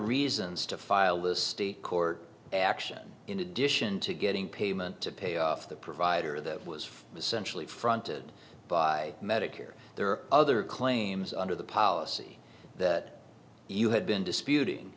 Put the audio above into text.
reasons to file the state court action in addition to getting payment to pay off the provider that was essentially fronted by medicare there are other claims under the policy that you had been disputing